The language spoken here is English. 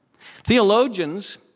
Theologians